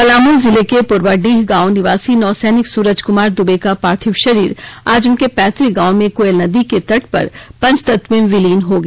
पलामू जिले के पूर्वाडीह गांव निवासी नौसैनिक सुरज कुमार दूबे का पार्थिव शरीर आज उनके पैतक गांव में कोयल नदी के तट पर पंचतत्व में विलीन हो गया